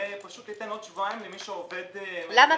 זה פשוט ייתן עוד שבועיים למי שעובד -- למה